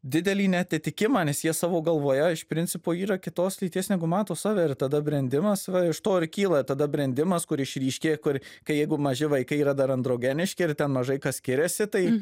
didelį neatitikimą nes jie savo galvoje iš principo yra kitos lyties negu mato save ir tada brendimas va iš to ir kyla tada brendimas kur išryškėja kur kai jeigu maži vaikai yra dar androgeniški ir ten mažai kas skiriasi tai